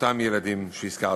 אותם ילדים שהזכרתי.